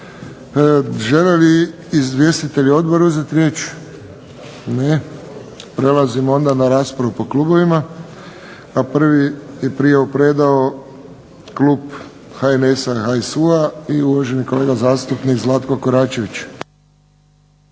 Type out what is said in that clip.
Žele li izvjestitelji Odbora uzeti riječ? Ne. Prelazimo onda na raspravu po klubovima. Prvi klub HNS HSU i uvaženi kolega zastupnik Zlatko Koračević.